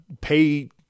pay